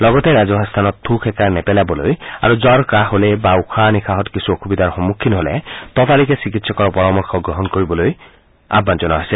লগতে ৰাজহুৱা স্থান থু খেকাৰ নেপেলাবলৈ আৰু জ্বৰ কাঁহ হলে বা উশাহ নিশাহত কিছু অসুবিধাৰ সন্মুখীন হলে ততালিকে চিকিৎসকৰ পৰামৰ্শ গ্ৰহণ কৰিবলৈ আহ্বান জনোৱা হৈছে